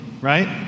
right